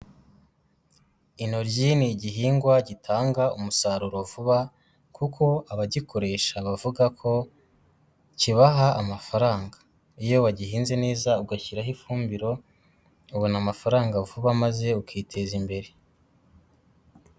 Intoryi ni igihingwa gitanga umusaruro vuba, kuko abagikoresha bavuga ko kibaha amafaranga. Iyo wagihinze neza ugashyiraho ifumbiro, ubona amafaranga vuba maze ukiteza imbere.